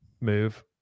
move